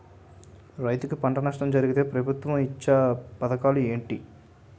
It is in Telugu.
రైతులుకి పంట నష్టం జరిగితే ప్రభుత్వం ఇచ్చా పథకాలు ఏంటి?